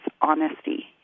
honesty